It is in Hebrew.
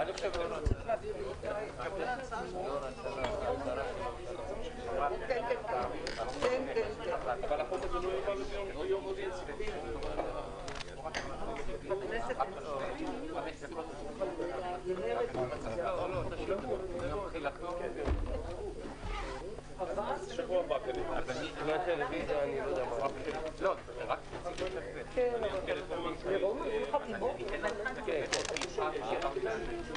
11:45.